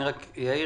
אני רק אעיר,